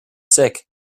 sick